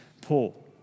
Paul